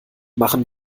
machen